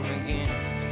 again